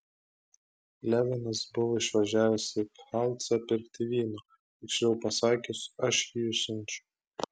levinas buvo išvažiavęs į pfalcą pirkti vyno tiksliau pasakius aš jį išsiunčiau